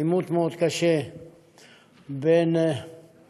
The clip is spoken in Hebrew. עימות מאוד קשה בין שליחיה,